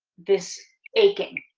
this aching.